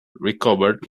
recovered